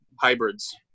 hybrids